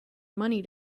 money